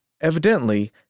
evidently